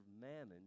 mammon